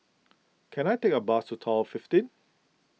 can I take a bus to Tower fifteen